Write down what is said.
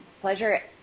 pleasure